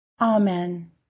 Amen